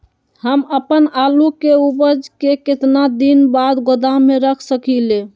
हम अपन आलू के ऊपज के केतना दिन बाद गोदाम में रख सकींले?